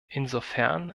insofern